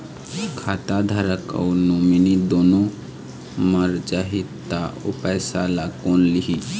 खाता धारक अऊ नोमिनि दुनों मर जाही ता ओ पैसा ला कोन लिही?